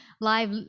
live